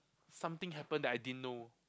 something happened that I didn't know